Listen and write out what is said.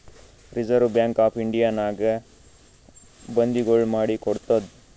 reserve bank of ಇಂಡಿಯಾನಾಗೆ ಬಂದಿಗೊಳ್ ಮಾಡಿ ಕೊಡ್ತಾದ್